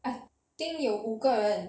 I think 有五个人